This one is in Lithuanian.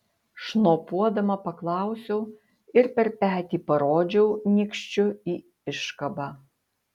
šnopuodama paklausiau ir per petį parodžiau nykščiu į iškabą